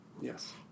Yes